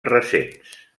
recents